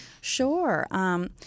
Sure